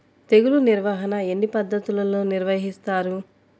తెగులు నిర్వాహణ ఎన్ని పద్ధతులలో నిర్వహిస్తారు?